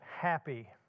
happy